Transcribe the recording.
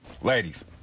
Ladies